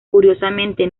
curiosamente